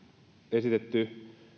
esitetty